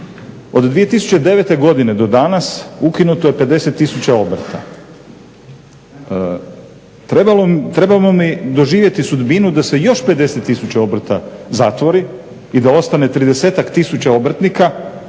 Od 2009. godine do danas ukinuto je 50 tisuća obrta. Trebalo bi doživjeti sudbinu da se još 50 tisuća obrta zatvori i da ostane 30-ak tisuća obrtnika,